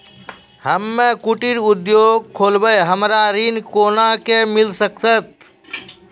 हम्मे कुटीर उद्योग खोलबै हमरा ऋण कोना के मिल सकत?